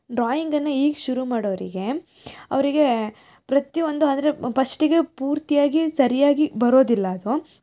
ಡ್ರಾಯಿಂಗನ್ನು ಈಗ ಶುರು ಮಾಡೊವ್ರಿಗೆ ಅವರಿಗೇ ಪ್ರತಿ ಒಂದು ಅಂದ್ರೆ ಫಸ್ಟಿಗೆ ಪೂರ್ತಿಯಾಗಿ ಸರಿಯಾಗಿ ಬರೋದಿಲ್ಲ ಅದು